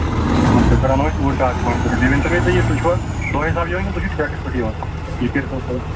آ لٔکٕر اَنو أسۍ اوٗرۍ کارخانَس پیٚٹھ بیٚیہِ ؤنۍتَو مےٚ تُہۍ چھِوا دۅہ حِساب یِوان کِنہٕ تُہۍ چھِوٕ ٹھیکس پیٚٹھ یِوان یہِ کٔرۍتو تُہۍ